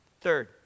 Third